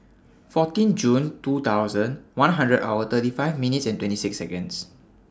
fourteen Jun two thousand one hundred hour thirty five minutes and twenty six Seconds